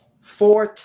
four